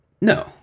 no